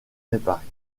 réparée